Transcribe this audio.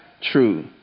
true